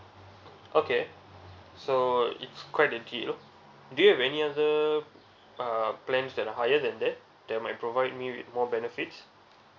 okay so it's quite a deal do you have any other uh plans that are higher than that that might provide me with more benefits